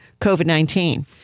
COVID-19